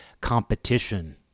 competition